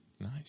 Nice